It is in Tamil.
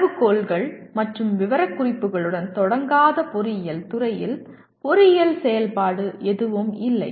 அளவுகோல்கள் மற்றும் விவரக்குறிப்புகளுடன் தொடங்காத பொறியியல் துறையில் பொறியியல் செயல்பாடு எதுவும் இல்லை